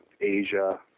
Asia